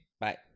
Bye